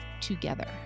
together